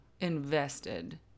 invested